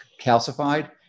calcified